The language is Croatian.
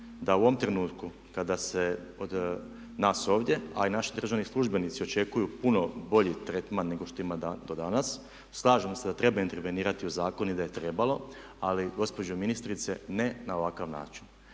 da u ovom trenutku kada se od nas ovdje, a i naši državni službenici očekuju puno bolji tretman nego što imaju do danas, slažem se da treba intervenirati u zakon i da je trebalo, ali gospođo ministrice ne na ovakav način.